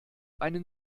einen